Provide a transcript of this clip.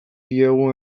diegu